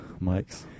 mics